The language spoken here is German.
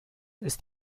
ist